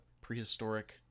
prehistoric